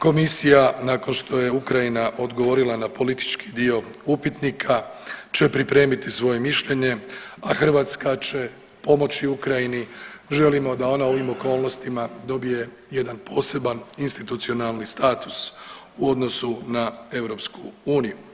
Komisija nakon što je Ukrajina odgovorila na politički dio upitnika će pripremiti svoje mišljenje, a Hrvatska će pomoći Ukrajini, želimo da ona u ovim okolnostima dobije jedan poseban institucionalni status u odnosu na EU.